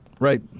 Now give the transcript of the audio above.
Right